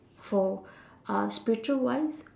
for uh spiritual wise